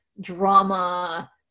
drama